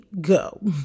go